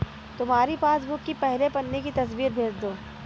तुम्हारी पासबुक की पहले पन्ने की तस्वीर भेज दो